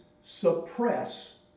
suppress